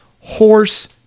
Horse